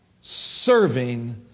Serving